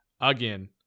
again